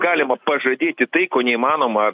galima pažadėti tai ko neįmanoma